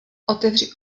otevři